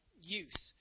use